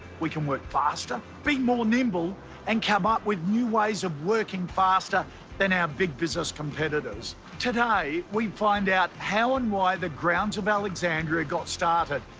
we can work faster, be more nimble and come up with new ways of working faster than our big business competitors. today we find out how and why the grounds of alexandria got started,